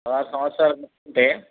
పదహారు సంవత్సరాలు కట్టుకుంటే